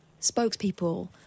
spokespeople